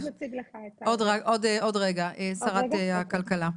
שרת הכלכלה?